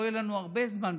לא יהיה לנו הרבה זמן,